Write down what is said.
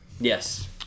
Yes